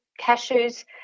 cashews